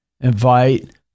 Invite